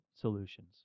solutions